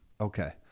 Okay